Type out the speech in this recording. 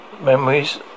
memories